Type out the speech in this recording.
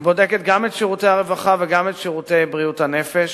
היא בודקת גם את שירותי הרווחה וגם את שירותי בריאות הנפש,